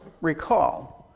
recall